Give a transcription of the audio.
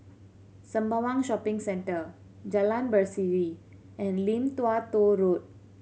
Sembawang Shopping Centre Jalan Berseri and Lim Tua Tow Road